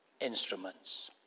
instruments